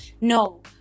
no